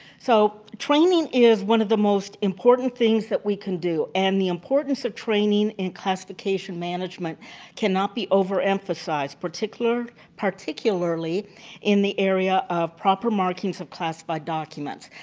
so, training is one of the most important things that we can do and the importance of training in classification management cannot be overemphasized, particularly in the area of proper markings of classified documents.